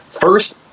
first